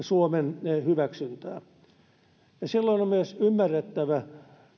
suomen hyväksyntää silloin on myös ymmärrettävä